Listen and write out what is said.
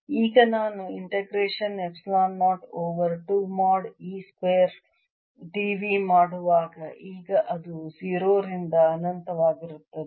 ಈಗ ನಾನು integration epsilon 0 over 2 mod E square dv ಮಾಡುವಾಗ ಈಗ ಅದು 0 ರಿಂದ ಅನಂತವಾಗಿರುತ್ತದೆ